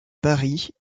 paris